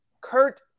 Kurt